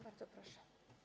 Bardzo proszę.